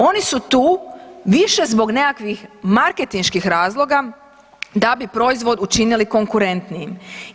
Oni su tu više zbog nekakvih marketinških razloga da bi proizvod učinili konkurentnijim.